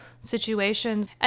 situations